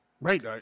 Right